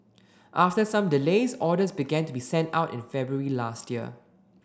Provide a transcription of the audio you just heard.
after some delays orders began to be sent out in February last year